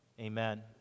Amen